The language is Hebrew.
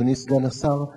אדוני סגן השר,